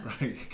Right